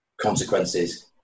consequences